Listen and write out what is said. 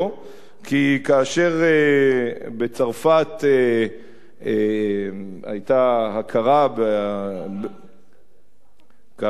כי כאשר בצרפת היתה הכרה, עקירת עם זה בסדר?